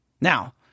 Now